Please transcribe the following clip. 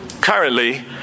currently